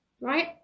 Right